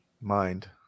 mind